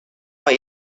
های